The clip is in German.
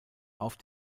auf